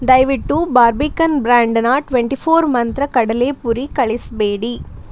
ದಯವಿಟ್ಟು ಬಾರ್ಬಿಕನ್ ಬ್ರ್ಯಾಂಡ್ನ twenty four Mantra ಕಡಲೆಪುರಿ ಕಳಿಸಬೇಡಿ